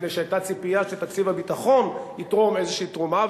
מפני שהיתה ציפייה שתקציב הביטחון יתרום איזו תרומה,